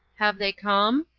have they come?